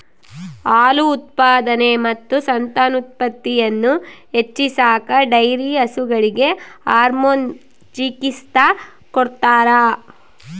ಹಾಲು ಉತ್ಪಾದನೆ ಮತ್ತು ಸಂತಾನೋತ್ಪತ್ತಿಯನ್ನು ಹೆಚ್ಚಿಸಾಕ ಡೈರಿ ಹಸುಗಳಿಗೆ ಹಾರ್ಮೋನ್ ಚಿಕಿತ್ಸ ಕೊಡ್ತಾರ